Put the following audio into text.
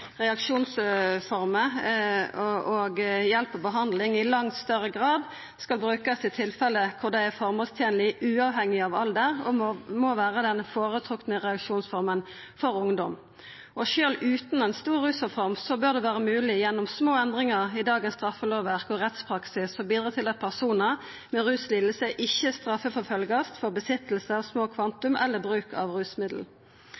reaksjonsformer og hjelp og behandling i langt større grad skal brukast i tilfelle der det er føremålstenleg uavhengig av alder, og må vera den føretrekte reaksjonsforma for ungdom. Og sjølv utan ei stor rusreform bør det vera mogleg gjennom små endringar i dagens straffelovverk og rettspraksis å bidra til at personar med rusliding ikkje vert straffeforfølgde for innehav av små